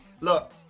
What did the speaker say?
Look